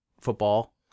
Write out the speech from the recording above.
football